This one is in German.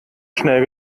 schnell